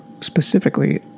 specifically